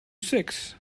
six